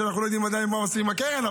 אנחנו לא יודעים עדיין מה עושים עם הקרן,